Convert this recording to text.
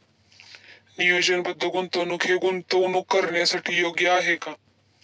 नियोजनबद्ध गुंतवणूक हे गुंतवणूक करण्यासाठी योग्य आहे का?